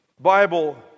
Bible